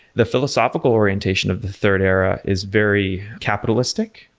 the philosophical orientation of the third era is very capitalistic,